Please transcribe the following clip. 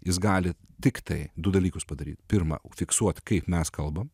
jis gali tiktai du dalykus padaryt pirma užfiksuoti kaip mes kalbam